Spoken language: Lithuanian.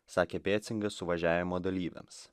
sakė ecingas suvažiavimo dalyviams